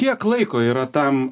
kiek laiko yra tam